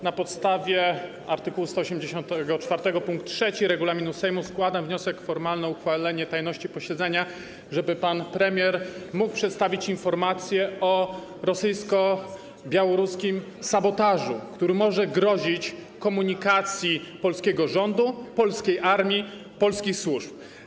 Na podstawie art. 184 pkt 3 regulaminu Sejmu składam wniosek formalny o uchwalenie tajności posiedzenia, tak żeby pan premier mógł przedstawić informację o rosyjsko-białoruskim sabotażu, który może grozić komunikacji polskiego rządu, polskiej armii, polskich służb.